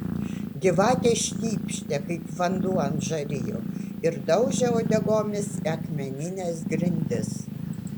gyvatės šnypštė kaip vanduo ant žarijų ir daužė uodegomis į akmenines grindis